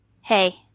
hey